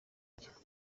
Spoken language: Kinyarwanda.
njye